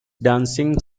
dancing